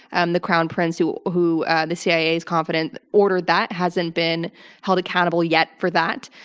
and the crown prince, who who and the cia is confident ordered that, hasn't been held accountable yet for that.